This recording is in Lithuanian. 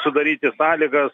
sudaryti sąlygas